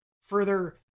further